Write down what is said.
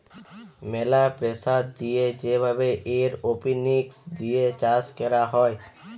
ম্যালা প্রেসার দিয়ে যে ভাবে এরওপনিক্স দিয়ে চাষ ক্যরা হ্যয়